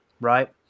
right